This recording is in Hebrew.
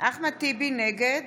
נגד